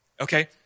okay